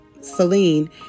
Celine